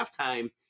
halftime